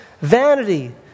vanity